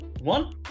One